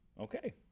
Okay